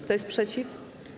Kto jest przeciw?